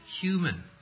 human